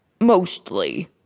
Mostly